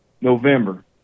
November